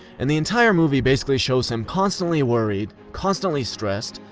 and the entire movie basically shows him constantly worried, constantly stressed,